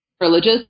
religious